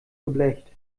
geblecht